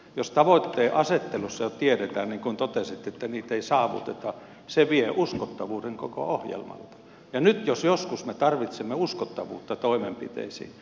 jos tavoitteen asettelussa jo tiedetään niin kuin totesitte että niitä ei saavuteta se vie uskottavuuden koko ohjelmalta ja nyt jos joskus me tarvitsemme uskottavuutta toimenpiteisiin